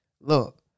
look